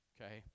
Okay